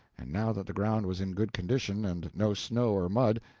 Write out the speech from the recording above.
and now that the ground was in good condition, and no snow or mud,